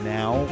now